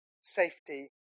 safety